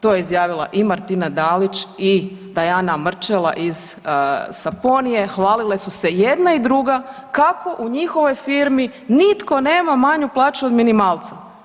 To je izjavila i Martina Dalić i Tajana Mrčela iz Saponie, hvalile su se jedna i druga kako u njihovoj firmi nitko nema manju plaću od minimalca.